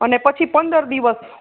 અને પછી પંદર દિવસ